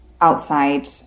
outside